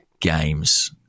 games